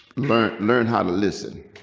learn learn how to listen.